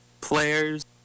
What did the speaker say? players